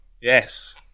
Yes